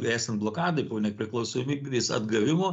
esant blokadai po nepriklausomybės atgavimo